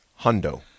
Hundo